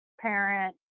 parent